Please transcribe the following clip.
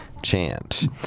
chance